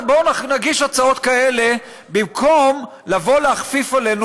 בואו נגיש הצעות כאלה במקום לבוא להכפיף עלינו,